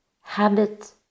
habit